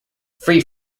free